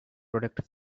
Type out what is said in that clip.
product